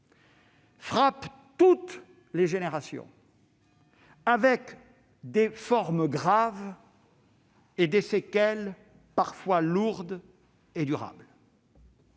frappe toutes les générations, avec des formes graves et des séquelles parfois lourdes et durables.